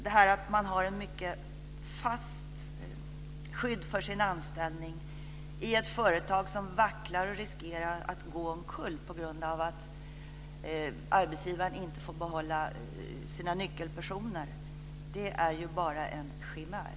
Det här att man har ett mycket fast skydd för sin anställning i ett företag som vacklar och riskerar att gå omkull på grund av att arbetsgivaren inte får behålla sina nyckelpersoner, det är ju bara en chimär.